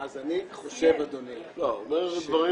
--- אז אני חושב, אדוני היושב ראש, כדי לסכם